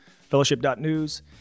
fellowship.news